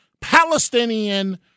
Palestinian